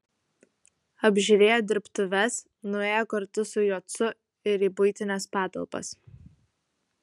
apžiūrėjo dirbtuves nuėjo kartu su jocu ir į buitines patalpas